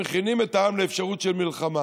שמכינים את העם לאפשרות של מלחמה,